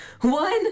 one